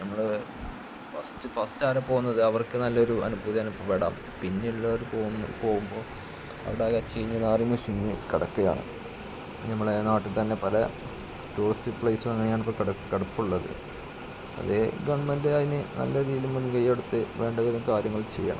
നമ്മള് ഫസ്റ്റ് ഫസ്റ്റവിടെ പോകുന്നത് അവർക്ക് നല്ലൊരു അനുഭൂതി അനുഭവപ്പെടാം പിന്നെയുള്ളവര് പോവുമ്പോള് അവിടാകെ ചീഞ്ഞ് നാറി മുഷിഞ്ഞ് കിടക്കുകയാണ് ഞമ്മളെ നാട്ടില്ത്തന്നെ പല ടൂറിസ്റ്റ് പ്ലേസും അങ്ങനെയാണ് കിടപ്പുള്ളത് അതേ ഗവൺമെൻറ്റ് അതിന് നല്ല രീതിയില് മുൻകൈയെടുത്ത് വേണ്ട വിധം കാര്യങ്ങൾ ചെയ്യണം